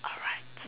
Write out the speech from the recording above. alright